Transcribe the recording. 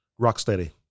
Rocksteady